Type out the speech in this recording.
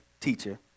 teacher